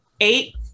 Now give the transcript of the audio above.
Eight